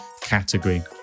category